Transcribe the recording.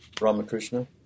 Ramakrishna